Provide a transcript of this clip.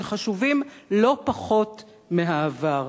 שחשובים לא פחות מהעבר,